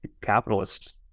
capitalists